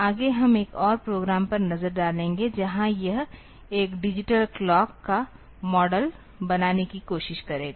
आगे हम एक और प्रोग्राम पर नज़र डालेंगे जहाँ यह एक डिजिटल क्लॉक का मॉडल बनाने की कोशिश करेगा